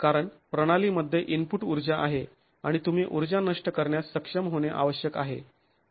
कारण प्रणालीमध्ये इनपुट ऊर्जा आहे आणि तुम्ही ऊर्जा नष्ट करण्यास सक्षम होणे आवश्यक आहे